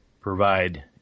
provide